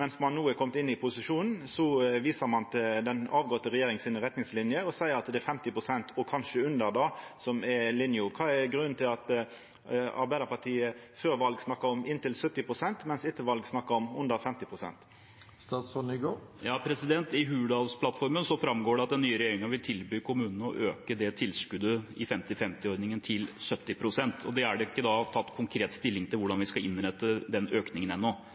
i posisjon, viser til den avgåtte regjeringa sine retningslinjer og seier det er 50 pst., og kanskje under det, som er linja. Kva er grunnen til at Arbeidarpartiet før valet snakka om inntil 70 pst., mens ein etter valet snakkar om under 50 pst. I Hurdalsplattformen framgår det at den nye regjeringen vil tilby kommunene å øke det tilskuddet i 50–50-ordningen til 70 pst. Det er ikke tatt konkret stilling til hvordan vi skal innrette den økningen.